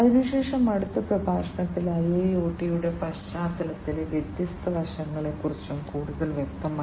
അതിനുശേഷം അടുത്ത പ്രഭാഷണത്തിൽ IIoT യുടെ പശ്ചാത്തലത്തിലെ വ്യത്യസ്ത വശങ്ങളെക്കുറിച്ചും കൂടുതൽ വ്യക്തമായി